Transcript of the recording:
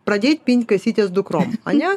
pradėt pint kasytes dukrom ane